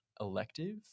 elective